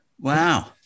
Wow